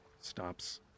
stops